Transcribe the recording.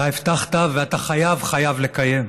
אתה הבטחת, ואתה חייב, חייב לקיים.